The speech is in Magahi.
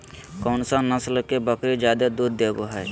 कौन सा नस्ल के बकरी जादे दूध देबो हइ?